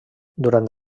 durant